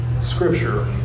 scripture